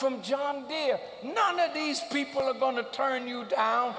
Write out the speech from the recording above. from john deere none of these people are going to turn you down